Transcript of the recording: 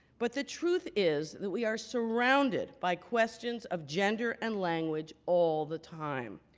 but the truth is that we are surrounded by questions of gender and language all the time.